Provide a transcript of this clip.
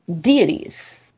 deities